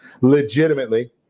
legitimately